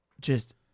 just-